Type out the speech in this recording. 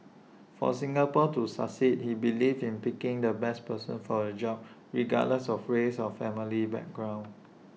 for Singapore to succeed he believed in picking the best person for A job regardless of race or family background